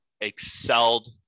excelled